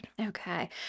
Okay